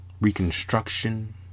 reconstruction